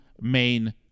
main